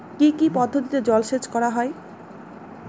কি কি পদ্ধতিতে জলসেচ করা হয়?